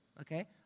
Okay